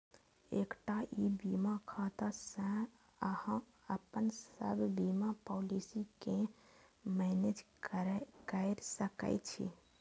एकटा ई बीमा खाता सं अहां अपन सब बीमा पॉलिसी कें मैनेज कैर सकै छी